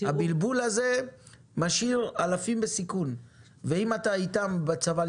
הבלבול הזה משאיר אלפים בסיכון ואם אתה אתם בצבא,